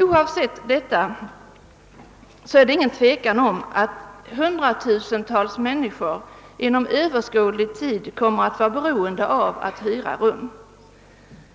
Oavsett detta råder det inget tvivel om att hundratusentals människor inom överskådlig tid kommer att vara beroende av möjligheten att hyra rum.